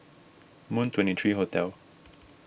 Moon twenty three Hotel